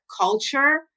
culture